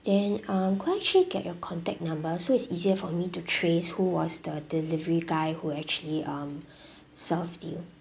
then um could I actually get your contact number so it's easier for me to trace who was the delivery guy who actually um served you